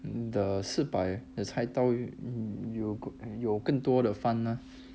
the 四百 the 菜刀有更多的 fun mah